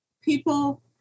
people